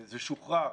זה שוחרר.